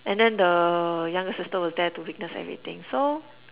and then the younger sister was there to witness everything so